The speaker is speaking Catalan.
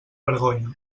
vergonya